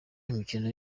imikino